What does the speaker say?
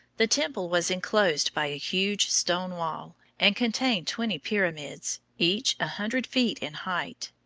the temple was inclosed by a huge stone wall, and contained twenty pyramids, each a hundred feet in height.